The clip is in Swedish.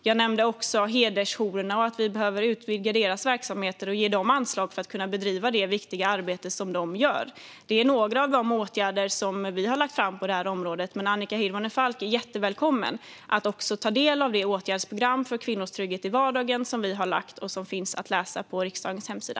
Jag nämnde också hedersjourerna och att vi behöver utvidga deras verksamheter och ge dem anslag för att de ska kunna bedriva det viktiga arbete de gör. Detta är några av de åtgärder som vi har föreslagit på området. Annika Hirvonen Falk är jättevälkommen att också ta del av det åtgärdsprogram för kvinnors trygghet i vardagen som vi har lagt fram och som finns att läsa på riksdagens hemsida.